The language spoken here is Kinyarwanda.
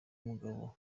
mugabo